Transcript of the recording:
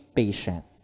patient